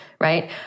Right